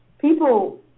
people